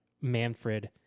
Manfred